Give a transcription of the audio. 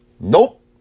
Nope